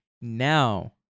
now